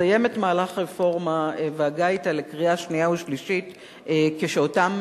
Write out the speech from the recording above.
סיים את מהלך הרפורמה והגע אתה לקריאה שנייה ושלישית כשאותם